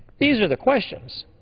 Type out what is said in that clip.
these are the questions.